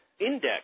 index